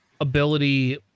ability